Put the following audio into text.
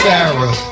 Sarah